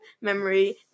memory